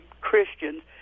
Christians